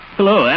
Hello